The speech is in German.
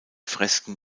fresken